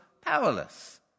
powerless